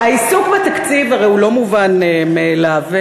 העיסוק בתקציב הרי הוא לא מובן מאליו.